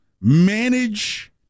manage